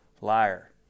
liar